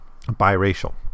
biracial